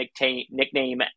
nickname